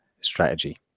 strategy